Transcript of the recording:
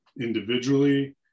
individually